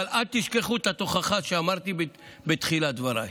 אבל אל תשכחו את התוכחה שאמרתי בתחילת דבריי.